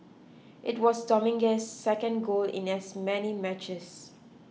it was Dominguez's second goal in as many matches